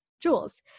Jules